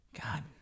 God